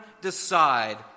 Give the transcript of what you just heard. decide